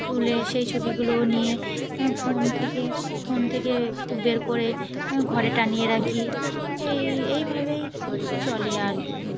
তুলে সেই ছবিগুলো নিয়ে ফোন থেকে ফোন থেকেটু বের করে ঘরে টানিয়ে রাখি এই এইভাবেই চলে আর কি